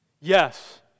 Yes